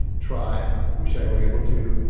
try wish i were able to,